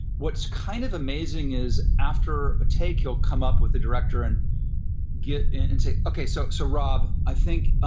what's kind of amazing is, after a take, he'll come up with the director, and get into, okay, so, so rob, i think,